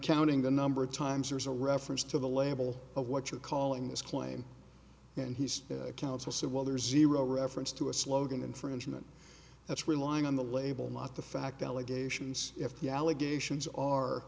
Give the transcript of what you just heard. counting the number of times there's a reference to the label of what you're calling this claim and he's counsel said well there's zero reference to a slogan infringement that's relying on the label not the fact allegations if the allegations are